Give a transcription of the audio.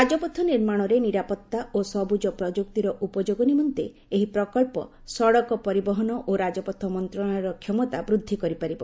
ରାଜପଥ ନିର୍ମାଣରେ ନିରାପତ୍ତା ଓ ସବୁଜ ପ୍ରଯୁକ୍ତିର ଉପଯୋଗ ନିମନ୍ତେ ଏହି ପ୍ରକଳ୍ପ ସଡ଼କ ପରିବହନ ଓ ରାଜପଥ ମନ୍ତ୍ରଣାଳୟର କ୍ଷମତା ବୃଦ୍ଧି କରିପାରିବ